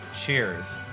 Cheers